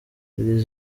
iri